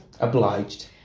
Obliged